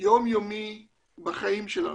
יום יומי בחיים שלנו,